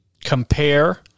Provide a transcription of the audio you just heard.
compare